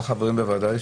כמה חברים בוועדה?